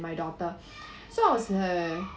my daughter so I was uh